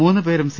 മൂന്നുപേരും സി